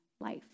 life